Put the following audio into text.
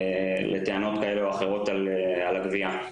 לטענות כאלה או אחרות לגבי הגבייה.